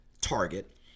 target